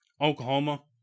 Oklahoma